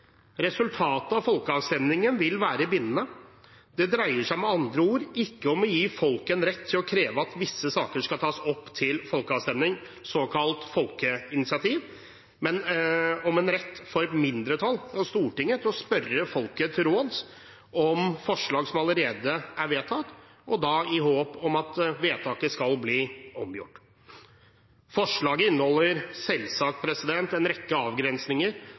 Resultatet av folkeavstemningen vil være bindende. Det dreier seg med andre ord ikke om å gi folket en rett til å kreve at visse saker skal tas opp til folkeavstemning, såkalt folkeinitiativ, men om en rett for et mindretall i Stortinget til å spørre folket til råds om forslag som allerede er vedtatt, og da i håp om at vedtaket skal bli omgjort. Forslaget inneholder selvsagt en rekke avgrensninger,